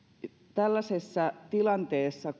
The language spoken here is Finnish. tällaisessa tilanteessa